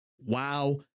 Wow